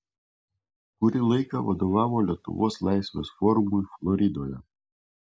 kurį laiką vadovavo lietuvos laisvės forumui floridoje